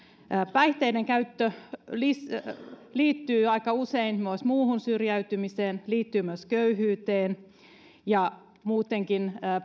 päihteiden käyttö liittyy aika usein myös muuhun syrjäytymiseen köyhyyteen ja muutenkin